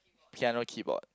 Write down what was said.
piano keyboard